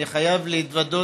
אני חייב להתוודות,